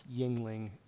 Yingling